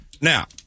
Now